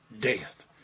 death